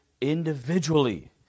individually